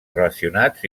relacionats